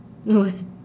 no